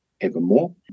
evermore